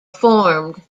formed